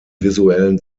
visuellen